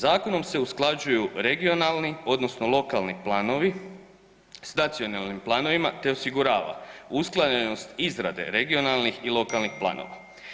Zakonom se usklađuju regionalni odnosno lokalni planovi s nacionalnim planovima te osigurava usklađenost izrade regionalnih i lokalnih planova.